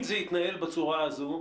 אם זה יתנהל בצורה הזאת,